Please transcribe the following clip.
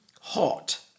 hot